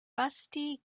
rusty